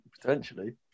Potentially